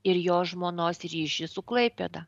ir jo žmonos ryšį su klaipėda